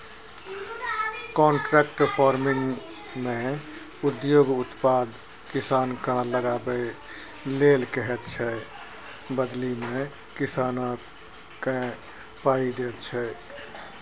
contract फार्मिंगमे उद्योग उत्पाद किसानकेँ लगाबै लेल कहैत छै बदलीमे किसानकेँ पाइ दैत छै